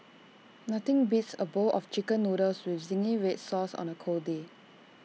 nothing beats A bowl of Chicken Noodles with Zingy Red Sauce on A cold day